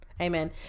Amen